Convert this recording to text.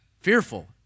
fearful